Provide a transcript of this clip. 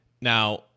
Now